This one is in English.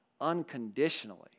unconditionally